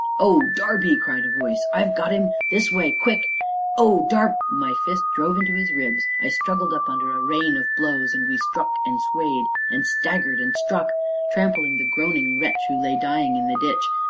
oh, darby! cried a voice, i've got him this way quick oh, darb my fist drove into his ribs i struggled up under a rain of blows, and we struck and swayed and staggered and struck trampling the groaning wretch who lay dying in the ditch.